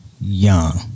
young